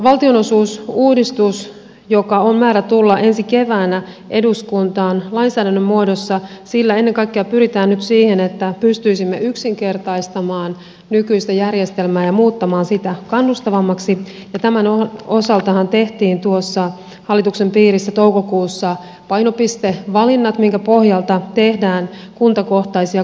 tuolla valtionosuusuudistuksella jonka on määrä tulla ensi keväänä eduskuntaan lainsäädännön muodossa ennen kaikkea pyritään nyt siihen että pystyisimme yksinkertaistamaan nykyistä järjestelmää ja muuttamaan sitä kannustavammaksi ja tämän osaltahan tehtiin tuossa hallituksen piirissä toukokuussa painopistevalinnat minkä pohjalta tehdään kuntakohtaisia koelaskelmia